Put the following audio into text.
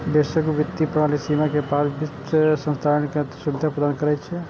वैश्विक वित्तीय प्रणाली सीमा के पार वित्त हस्तांतरण के सुविधा प्रदान करै छै